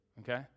Okay